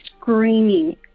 screaming